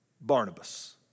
Barnabas